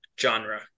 genre